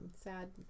Sad